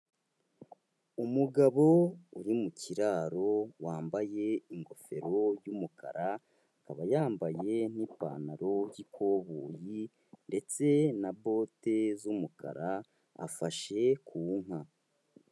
Umugabo uri mu kiraro wambaye ingofero y'umukaraba, akaba yambaye n'ipantaro y'ikoboyi ndetse na bote z'umukara, afashe ku nka.